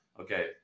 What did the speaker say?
okay